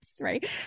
right